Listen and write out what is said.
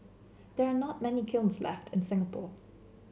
there are not many kilns left in Singapore